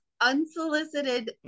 unsolicited